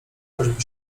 choćby